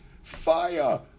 Fire